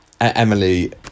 emily